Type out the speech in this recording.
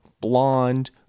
blonde